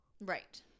Right